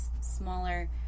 smaller